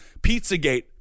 Pizzagate